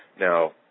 Now